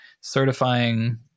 certifying